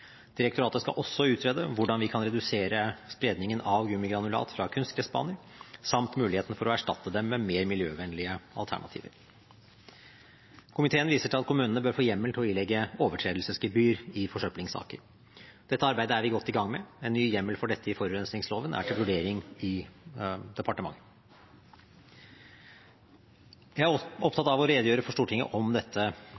Direktoratet skal også utrede hvordan vi kan redusere spredningen av gummigranulat fra kunstgressbaner, samt muligheten for å erstatte dem med mer miljøvennlige alternativer. Komiteen viser til at kommunene bør få hjemmel til å ilegge overtredelsesgebyr i forsøplingssaker. Dette arbeidet er vi godt i gang med. En ny hjemmel for dette i forurensningsloven er til vurdering i departementet. Jeg er